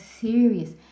serious